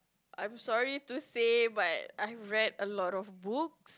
I'm sorry to say but I've read a lot of books